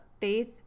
faith